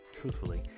truthfully